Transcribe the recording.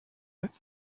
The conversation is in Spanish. vez